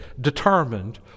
determined